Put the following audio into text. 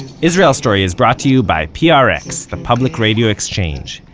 and israel story is brought to you by prx the public radio exchange,